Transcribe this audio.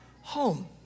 home